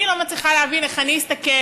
אני לא מצליחה להבין איך אני אסתכל